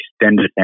extended